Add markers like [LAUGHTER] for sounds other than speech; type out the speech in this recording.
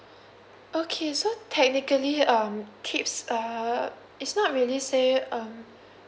okay so technically um tips uh it's not really say um [BREATH]